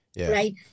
right